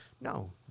no